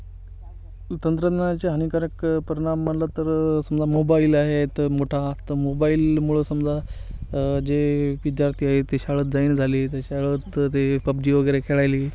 तंत्रज्ञानाचे हानीकारक परिणाम म्हटलं तर समजा मोबाईल आहे तर मोठा तर मोबाईलमुळं समजा जे विद्यार्थी आहे ते शाळेत जाईना झाले त्या शाळेत ते पबजी वगैरे खेळायली